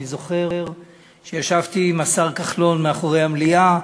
אני זוכר שישבתי עם השר כחלון מאחורי המליאה,